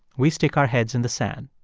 we stick our heads in the sand.